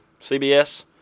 CBS